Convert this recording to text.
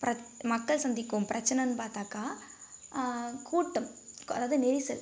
ப்ர மக்கள் சந்திக்கும் பிரச்சனைன்னு பார்த்தாக்கா கூட்டம் அதாவது நெரிசல்